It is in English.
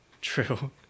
true